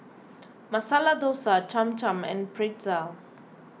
Masala Dosa Cham Cham and Pretzel